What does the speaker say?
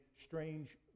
strange